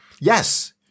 yes